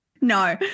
No